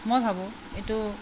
মই ভাবোঁ এইটো